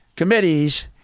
committees